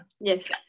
Yes